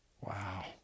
Wow